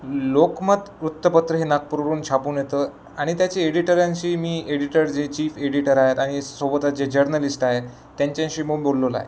लोकमत वृत्तपत्र हे नागपूरवरून छापून येतं आणि त्याचे एडिटरांशी मी एडिटर जे चचीफ एडिटर आहे आणि सोबतच जे जर्नलिस्ट आहे त्यांच्याशी मी बोललेलो आहे